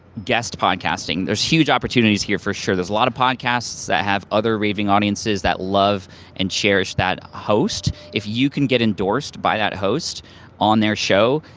guest podcasting. there's huge opportunities here for sure, there's a lot of podcasts that have other raving audiences that love and cherish that host. if you can get endorsed by that host on their show,